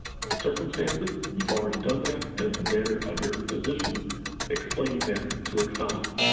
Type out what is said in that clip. most circumstances, you've already done that, and it's a matter of your physician explaining that to excellus.